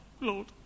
Lord